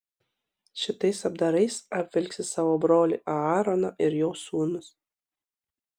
šitais apdarais apvilksi savo brolį aaroną ir jo sūnus